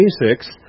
basics